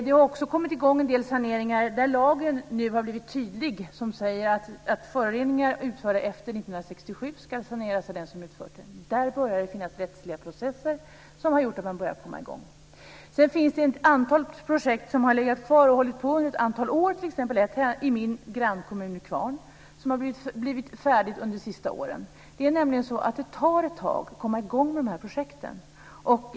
Det har också kommit i gång en del saneringar på grund av att lagen nu har blivit tydlig. Den säger att föroreningar utförda efter 1967 ska saneras av den som utfört dem. Där börjar det finnas rättsliga processer som har gjort att man har börjat komma i gång. Sedan finns det ett antal projekt som har legat kvar under ett antal år, t.ex. ett i min grannkommun Nykvarn. Det har blivit färdigt under de senaste åren. Det tar ett tag att komma i gång med de här projekten.